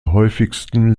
häufigsten